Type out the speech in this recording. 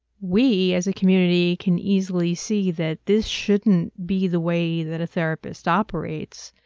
we as a community can easily see that this shouldn't be the way that a therapist operates,